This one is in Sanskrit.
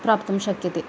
प्राप्तुं शक्यते